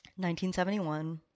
1971